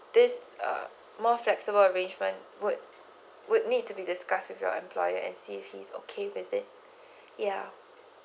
this uh more flexible arrangement would would need to be discussed with your employer and see if he's okay with it yeah